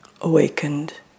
awakened